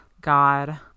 God